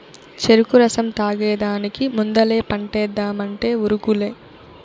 చెరుకు రసం తాగేదానికి ముందలే పంటేద్దామంటే ఉరుకులే